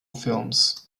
films